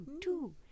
Two